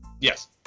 Yes